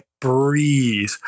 breathe